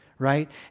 Right